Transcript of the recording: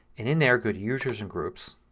and in there go to user and groups.